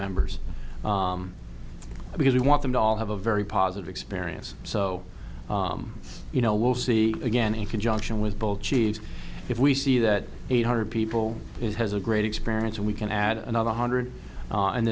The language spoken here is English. members because we want them to all have a very positive experience so you know we'll see again in conjunction with both g s if we see that eight hundred people it has a great experience and we can add another hundred